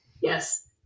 yes